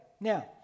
Now